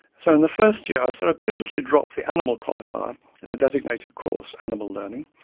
so in the first year i surreptitiously dropped the animal qualifier in the designated course, animal learning,